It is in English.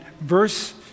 verse